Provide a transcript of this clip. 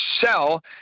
sell